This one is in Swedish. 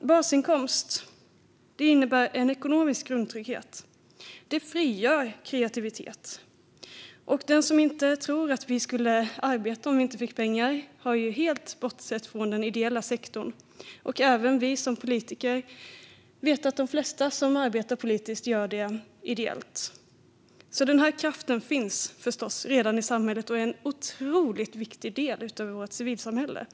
Basinkomst innebär en ekonomisk grundtrygghet. Den frigör kreativitet. Den som inte tror att vi skulle arbeta om vi inte fick pengar har helt bortsett från den ideella sektorn. Även vi politiker vet att de flesta som arbetar politiskt gör det ideellt. Kraften finns förstås redan i samhället och är en otroligt viktig del av vårt civilsamhälle